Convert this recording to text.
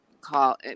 call